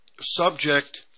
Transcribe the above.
subject